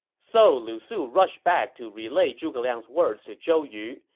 so lu su rushed back to relay zhuge liang's words to zhou yu,